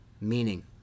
Meaning